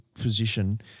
position